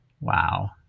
Wow